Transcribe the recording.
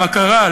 מה קרה?